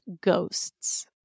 Ghosts